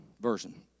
Version